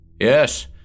Yes